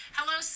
Hello